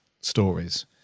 stories